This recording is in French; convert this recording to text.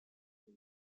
elle